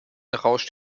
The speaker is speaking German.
rauscht